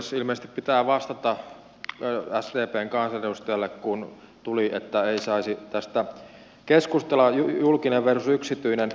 ilmeisesti pitää vastata sdpn kansanedustajalle kun tuli esiin että ei saisi keskustella tästä julkinen versus yksityinen asiasta